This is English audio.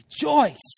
rejoice